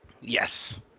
Yes